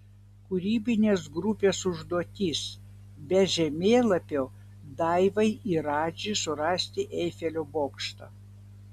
kūrybinės grupės užduotis be žemėlapio daivai ir radži surasti eifelio bokštą